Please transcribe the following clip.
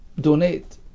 donate